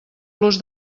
los